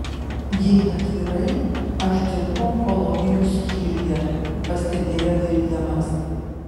jei atvirai aš dirbu onkologijos skyriuje pastebėjo viljamas